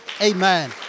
Amen